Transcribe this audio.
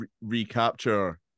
recapture